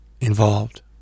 involved